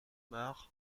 marc